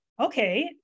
okay